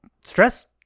stress